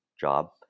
job